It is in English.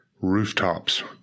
rooftops